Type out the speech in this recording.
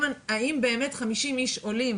האם באמת 50 איש עולים